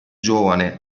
giovane